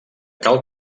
cal